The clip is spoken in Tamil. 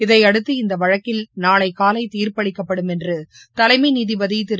இதையடுத்து இந்த வழக்கில் நாளை காலை தீர்ப்பு அளிக்கப்படும் என்று தலைமை நீதிபதி திரு